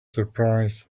surprised